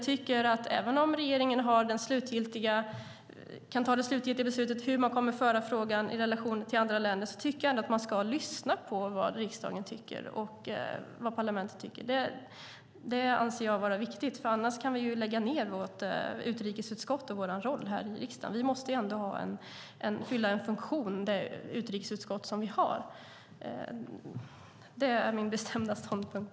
Även om regeringen kan ta det slutliga beslutet, hur man kommer att föra frågan i relation till andra länder, menar jag att man ska lyssna på vad riksdagen tycker. Det anser jag vara viktigt. Annars kan vi ju lägga ned vårt utrikesutskott och vår roll här i riksdagen. Det utrikesutskott som vi har måste ändå fylla en funktion. Det är min bestämda ståndpunkt.